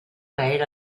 caer